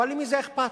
אבל למי זה אכפת?